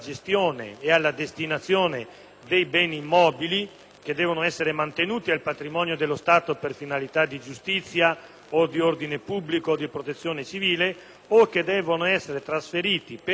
che devono essere mantenuti al patrimonio dello Stato per finalità di giustizia o di ordine pubblico o di protezione civile, o che devono essere trasferiti per finalità istituzionali o sociali al patrimonio,